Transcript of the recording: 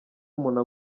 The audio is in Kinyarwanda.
umuntu